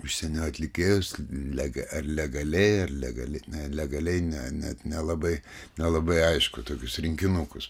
užsienio atlikėjus leg ar legaliai ar legaliai legaliai ne net nelabai nelabai aišku tokius rinkinukus